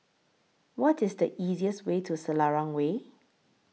What IS The easiest Way to Selarang Way